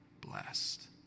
blessed